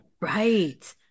Right